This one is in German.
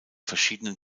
verschiedenen